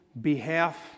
behalf